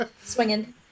Swinging